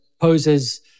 poses